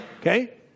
Okay